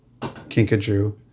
kinkajou